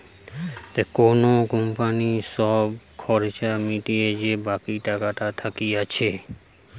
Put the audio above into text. কোন কোম্পানির সব খরচা মিটিয়ে যে বাকি টাকাটা থাকতিছে